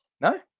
No